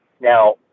Now